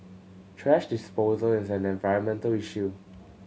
thrash disposal is an environmental issue